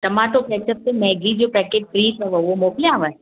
tomato ketchup ते Maggi जो packet free अथव उहो मोकिलियांव